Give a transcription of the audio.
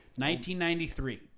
1993